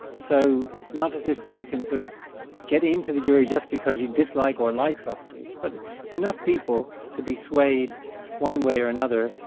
so it's not as if you can sort of get into the jury just because you dislike or like socrates, but it's enough people to be swayed one way or another,